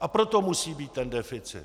a proto musí být ten deficit.